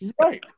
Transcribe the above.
Right